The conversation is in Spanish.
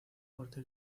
fuerte